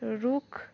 रुख